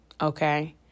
Okay